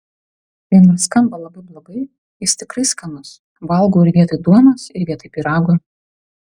ir nors skamba labai blogai jis tikrai skanus valgau ir vietoj duonos ir vietoj pyrago